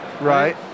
Right